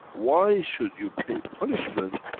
why should you pay punishment,